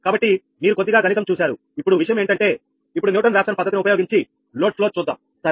కాబట్టి మీరు కొద్దిగా గణితం సమస్యలను చూశారు ఇప్పుడు విషయం ఏంటంటే న్యూటన్ రాఫ్సన్ పద్ధతిని ఉపయోగించి లోడ్ ఫ్లో చూద్దాం సరేనా